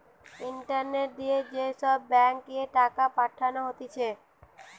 internet দিয়ে যে সব ব্যাঙ্ক এ টাকা পাঠানো হতিছে